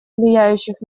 влияющих